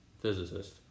physicist